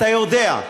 אתה יודע,